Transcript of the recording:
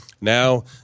Now